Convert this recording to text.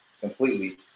completely